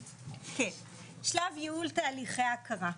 שלב ייעול תהליכי ההכרה.